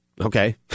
Okay